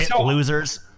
losers